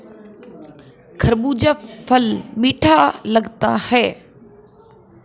खरबूजा फल मीठा लगता है